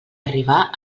arribà